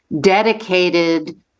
dedicated